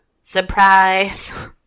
surprise